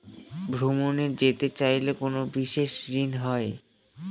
ভ্রমণে যেতে চাইলে কোনো বিশেষ ঋণ হয়?